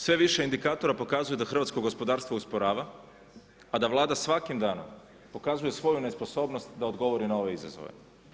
Sve više indikatora pokazuje da Hrvatsko gospodarstvo usporava, a da Vlada svakim danom pokazuje svoju nesposobnost da odgovori na ove izazove.